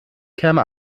käme